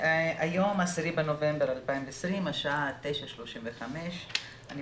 היום ה-10 לנובמבר 2020 השעה 9:35. אני